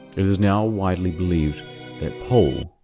it is now widely believed that pol.